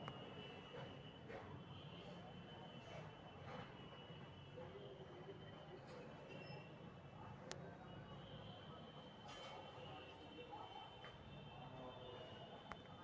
प्रियंका कहलकई कि ओकरा नयका उधमिता के बारे में कुछो मालूम न हई